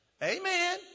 Amen